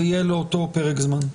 אז זה יהיה לאותו פרק זמן,